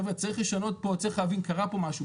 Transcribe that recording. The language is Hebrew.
חבר'ה צריך לשנות פה וצריך להבין שקרה פה משהו.